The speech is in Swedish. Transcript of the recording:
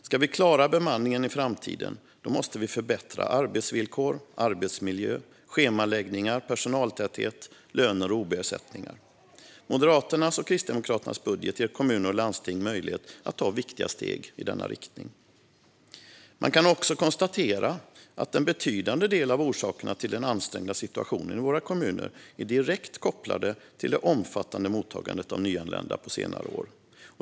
Ska vi klara bemanningen i framtiden måste vi förbättra arbetsvillkor, arbetsmiljö, schemaläggning, personaltäthet, löner och ob-ersättning. Moderaternas och Kristdemokraternas budget ger kommuner och landsting möjlighet att ta viktiga steg i denna riktning. Man kan också konstatera att en betydande del av orsakerna till den ansträngda situationen i våra kommuner är direkt kopplad till det omfattande mottagandet av nyanlända på senare år.